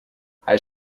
hij